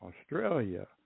Australia